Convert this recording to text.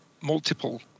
multiple